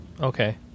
Okay